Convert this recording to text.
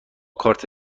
کارت